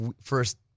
first